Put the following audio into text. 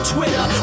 Twitter